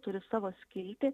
turi savo skiltį